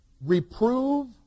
reprove